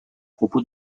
propos